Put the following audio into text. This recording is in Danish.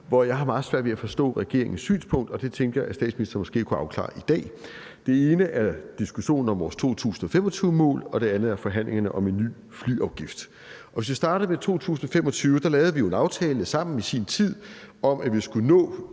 hvor jeg har meget svært ved at forstå regeringens synspunkt, og det tænkte jeg at statsministeren måske kunne afklare i dag. Det ene er diskussionen om vores 2025-mål, og det andet er forhandlingerne om en ny flyafgift. Hvis vi starter med 2025-målet, lavede vi jo en aftale sammen i sin tid om, at vi skulle nå